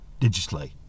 digitally